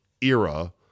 era